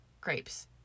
grapes